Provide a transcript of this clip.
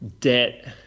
debt